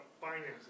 finances